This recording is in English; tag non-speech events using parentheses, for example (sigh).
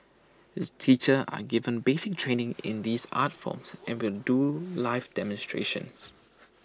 its teachers are given basic training (noise) in these art forms and will do live (noise) demonstrations